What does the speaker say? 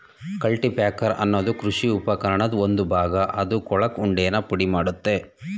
cultipacker ಅನ್ನೋದು ಕೃಷಿ ಉಪಕರಣದ್ ಒಂದು ಭಾಗ ಅದು ಕೊಳಕು ಉಂಡೆನ ಪುಡಿಮಾಡ್ತದೆ